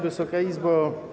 Wysoka Izbo!